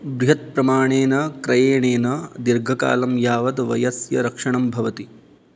बृहत्प्रमाणेन क्रयणेन दीर्घकालं यावत् वयस्य रक्षणं भवति